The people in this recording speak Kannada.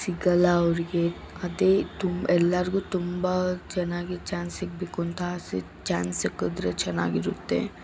ಸಿಗೋಲ್ಲ ಅವ್ರಿಗೆ ಅದೇ ತುಂಬ ಎಲ್ರಿಗೂ ತುಂಬ ಚೆನ್ನಾಗಿ ಚಾನ್ಸ್ ಸಿಗಬೇಕು ಅಂತ ಆಸೆ ಚಾನ್ಸ್ ಸಿಕ್ಕಿದ್ರೆ ಚೆನ್ನಾಗಿರುತ್ತೆ